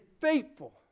faithful